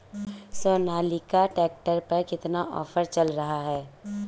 Sonalika tractor पर कितना offer चल रहा है?